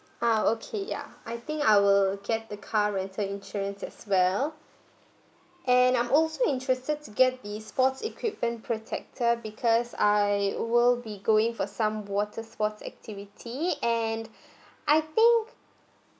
ah okay ya I think I will get the car rental insurance as well and I'm also interested to get the sports equipment protector because uh will be going for some water sports activity and I think